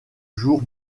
jour